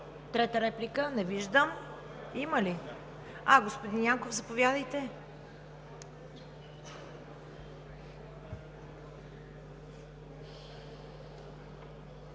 Трета реплика? Не виждам. Има ли? Господин Янков, заповядайте.